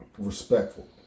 Respectful